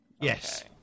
Yes